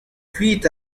kuit